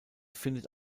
findet